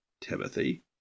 Timothy